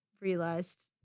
realized